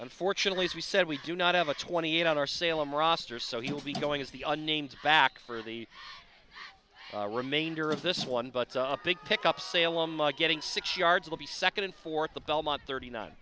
unfortunately as we said we do not have a twenty eight on our salem roster so he will be going as the unnamed back for the remainder of this one but big pick up salem getting six yards will be second and fourth the belmont thirty nine